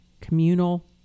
communal